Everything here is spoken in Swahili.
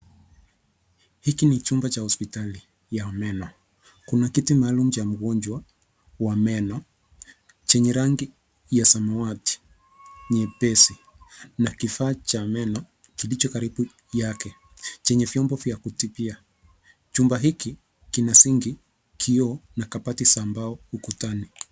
Hiki ni chumba cha hospitali ya meno. Kuna kiti maalum cha mgonjwa wa meno chenye rangi ya samawati nyepesi na kifaa cha meno kilicho karibu yake chenye vyombo ya kutibia. Chumba hiki kina sink ,kioo na kabati za mbao ukutani.